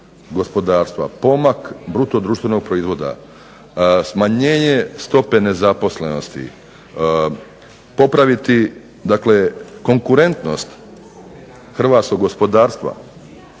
pomak bruto društvenog proizvoda, smanjenje stope nezaposlenosti, popraviti konkurentnost hrvatskog gospodarstva